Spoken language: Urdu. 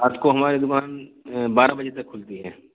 آپ کو ہماری دوکان بارہ بجے تک کھلتی ہے